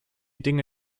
dinge